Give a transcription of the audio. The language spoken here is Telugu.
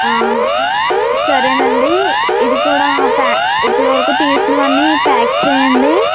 సరేనండి ఇది కూడా ప్యా ఇప్పుడు వరకు తీసినవన్నీ ప్యాక్ చేయండి